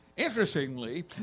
Interestingly